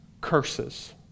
curses